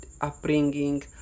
upbringing